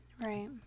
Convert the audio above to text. Right